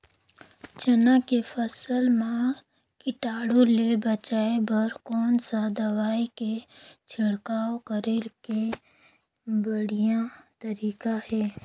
चाना के फसल मा कीटाणु ले बचाय बर कोन सा दवाई के छिड़काव करे के बढ़िया तरीका हे?